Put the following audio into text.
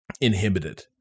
inhibited